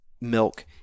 milk